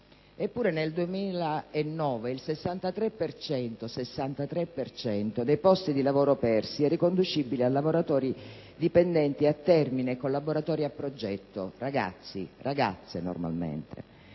Eppure, nel 2009, il 63 per cento dei posti di lavoro persi è riconducibile a lavoratori dipendenti a termine, collaboratori a progetto: ragazzi e ragazze, normalmente.